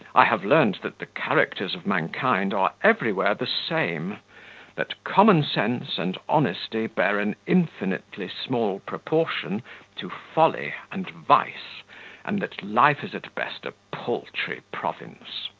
i have learned that the characters of mankind are everywhere the same that common sense and honesty bear an infinitely small proportion to folly and vice and that life is at best a paltry province.